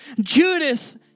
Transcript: judas